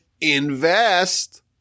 invest